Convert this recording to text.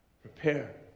Prepare